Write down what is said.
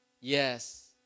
Yes